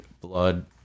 blood